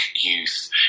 youth